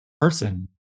person